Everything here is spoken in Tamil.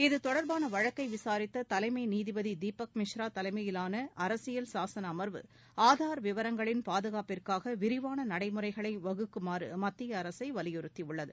இதுதொடர்பான வழக்கை விசாரித்த தலைமை நீதிபதி திரு தீபக் மிஸ்ரா தலைமையிலான அரசியல் சாசன அமர்வு ஆதார் விவரங்களின் பாதுகாப்புக்காக விரிவான நடைமுறைகளை வகுக்குமாறு மத்திய அரசை வலியுறுத்தியுள்ளது